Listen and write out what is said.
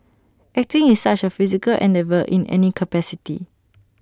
acting is such A physical endeavour in any capacity